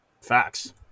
Facts